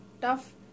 tough